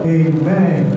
amen